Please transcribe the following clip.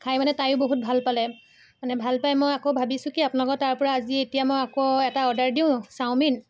খাই মানে তায়ো বহুত ভাল পালে মানে ভাল পায় মই আকৌ ভাবিছোঁ কি আপোনালোকৰ তাৰপৰা আজি এতিয়া মই আকৌ এটা অৰ্ডাৰ দিওঁ চাওমিন